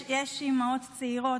בסדר, יש אימהות צעירות.